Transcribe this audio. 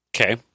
Okay